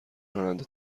راننده